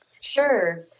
Sure